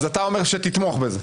אתה אומר שתתמוך בזה?